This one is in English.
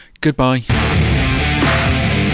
goodbye